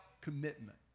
commitment